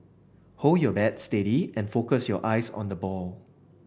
hold your bat steady and focus your eyes on the ball